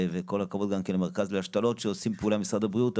וכל הכבוד גם כן למרכז להשתלות שעושים פעולה עם משרד הבריאות.